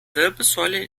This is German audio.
wirbelsäule